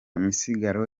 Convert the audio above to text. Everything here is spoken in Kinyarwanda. misigaro